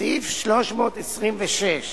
סעיף 326